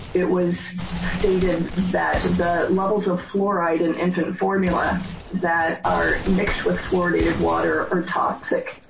it was stated that the levels of fluoride in infant formula that are mixed with fluoridated water are toxic.